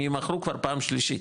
הם ימכרו כבר פעם שלישית,